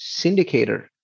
syndicator